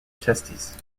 testes